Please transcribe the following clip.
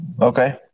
Okay